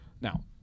Now